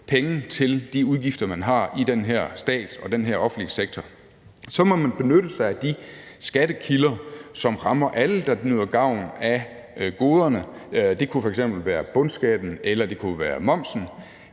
penge til de udgifter, man har i den her stat og i den her offentlige sektor, må man benytte sig af de skattekilder, som rammer alle, der nyder gavn af goderne. Det kunne f.eks. være bundskatten, eller det kunne være momsen,